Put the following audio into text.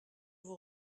vous